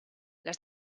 les